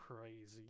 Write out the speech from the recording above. crazy